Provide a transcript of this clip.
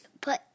put